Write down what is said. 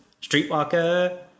Streetwalker